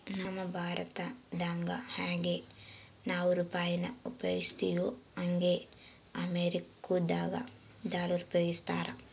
ನಮ್ ಭಾರತ್ದಾಗ ಯಂಗೆ ನಾವು ರೂಪಾಯಿನ ಉಪಯೋಗಿಸ್ತಿವೋ ಹಂಗೆ ಅಮೇರಿಕುದಾಗ ಡಾಲರ್ ಉಪಯೋಗಿಸ್ತಾರ